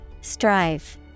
Strive